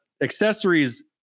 Accessories